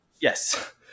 yes